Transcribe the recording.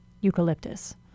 eucalyptus